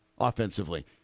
offensively